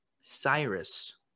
cyrus